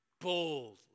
boldly